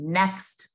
next